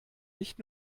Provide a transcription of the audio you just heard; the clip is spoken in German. nicht